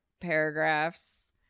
paragraphs